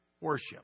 worship